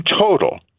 total